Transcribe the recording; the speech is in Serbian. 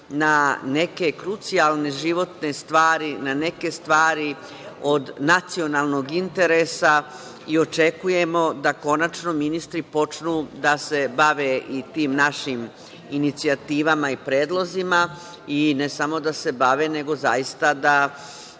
na neke krucijalne životne stvari, na neke stvari od nacionalnog interesa i očekujemo da konačno ministri počnu da se bave i tim našim inicijativama i predlozima i ne samo da se bave, nego zaista da